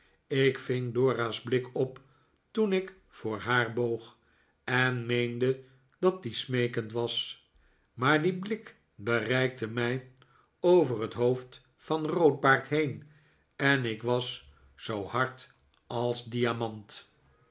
ik ving dora's blik op toen ik voor haar boog en meende dat die smeekend was maar die blik bereikte mij over het hoofd van roodbaard heen en ik was zoo hard als diamant